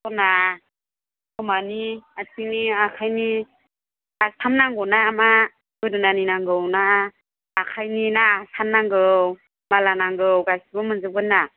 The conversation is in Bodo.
स'ना खोमानि आथिंनि आखाइनि आस्थाम नांगौ ना मा गोदोनानि नांगौ ना आखाइनि ना आसान नांगौ माला नांगौ गासिबो मोनजोबगोन ना